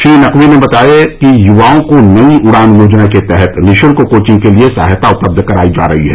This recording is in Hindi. श्री नकवी ने बताया कि युवाओं को नई उड़ान योजना के तहत निःशुल्क कोचिंग के लिए सहायता उपलब्ध कराई जा रही है